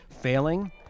failing